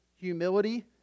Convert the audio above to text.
humility